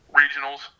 regionals